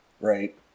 right